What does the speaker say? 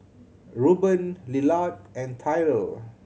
Ruben Lillard and Tyrel